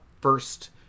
first